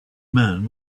man